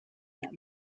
them